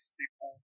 people